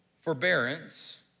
forbearance